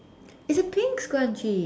it's a pink scrunchie